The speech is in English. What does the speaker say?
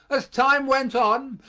as time went on,